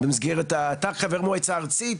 אתה חבר מועצה ארצית,